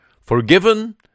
forgiven